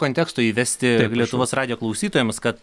konteksto įvesti lietuvos radijo klausytojams kad